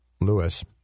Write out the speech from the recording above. Lewis